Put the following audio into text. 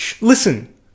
Listen